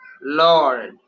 Lord